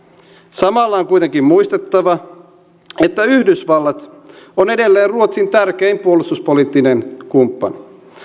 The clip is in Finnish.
samalla on kuitenkin muistettava että yhdysvallat on edelleen ruotsin tärkein puolustuspoliittinen kumppani